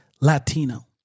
Latino